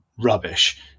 rubbish